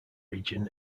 region